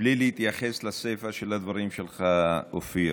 בלי להתייחס לסיפא של הדברים שלך, אופיר.